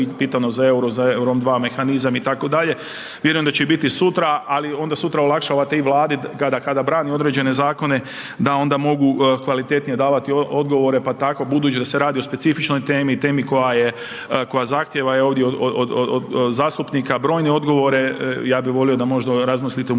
pitano za EUR-o, za EUR-o II mehanizam itd., vjerujem da će biti i sutra, ali sutra olakšavate i vladi kada brani određene zakone da onda mogu kvalitetnije davati odgovore, pa tako budući da se radi o specifičnoj temi, temi koja je, koja zahtjeva ovdje od zastupnika brojne odgovore ja bi volio da možda razmislite u